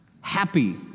Happy